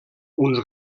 uns